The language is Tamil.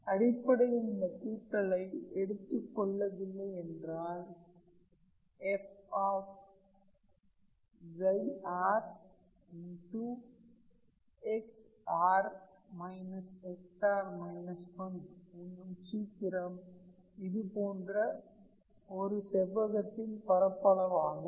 அடிப்படையில் இந்த கூட்டலை எடுத்துக்கொள்ளவில்லை என்றால் f என்னும் சூத்திரம் இது போன்ற 1 செவ்வகத்தின் பரப்பளவு ஆகும்